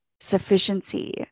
sufficiency